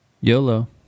YOLO